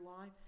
life